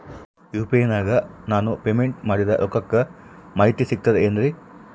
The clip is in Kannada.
ಯು.ಪಿ.ಐ ನಾಗ ನಾನು ಪೇಮೆಂಟ್ ಮಾಡಿದ ರೊಕ್ಕದ ಮಾಹಿತಿ ಸಿಕ್ತದೆ ಏನ್ರಿ?